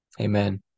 Amen